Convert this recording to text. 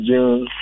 June